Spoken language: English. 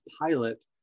Pilot